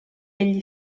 gli